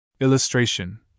Illustration